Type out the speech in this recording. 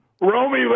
Romy